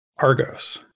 argos